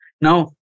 Now